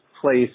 place